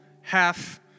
half